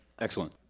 Excellent